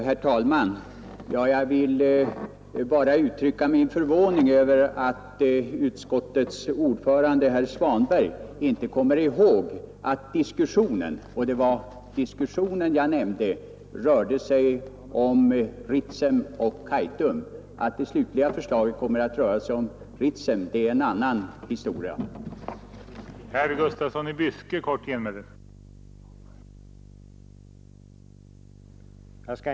Herr talman! Jag vill bara uttrycka min förvåning över att utskottets Torsdagen den ordförande herr Svanberg inte kommer ihåg att diskussionen — och det 13 april 1972 var diskussionen jag nämnde — rörde sig om Ritsem och Kaitum. Att det slutliga förslaget kom att gälla Ritsem är en annan historia. Statens vattenfalls